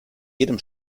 jedem